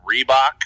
Reebok